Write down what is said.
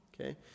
okay